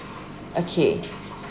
okay